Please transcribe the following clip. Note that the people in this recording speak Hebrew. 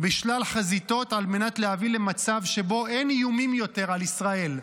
בשלל חזיתות על מנת להביא למצב שבו אין איומים יותר על ישראל,